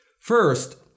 First